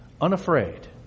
unafraid